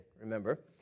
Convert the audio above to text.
remember